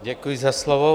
Děkuji za slovo.